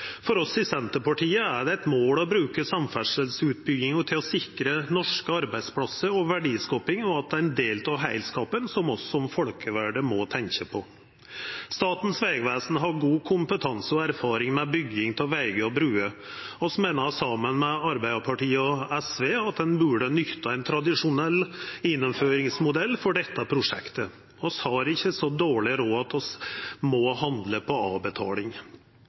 For oss i Senterpartiet er det eit mål å bruka samferdselsutbygginga til å sikra norske arbeidsplassar og verdiskaping. Det er ein del av heilskapen som vi som folkevalde må tenkja på. Statens vegvesen har god kompetanse i og erfaring med bygging av vegar og bruer. Vi meiner – saman med Arbeidarpartiet og SV – at ein burde nytta ein tradisjonell gjennomføringsmodell for dette prosjektet. Vi har ikkje så dårleg råd at vi må handla på avbetaling.